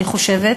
אני חושבת,